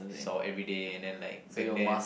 sore everyday and then like back then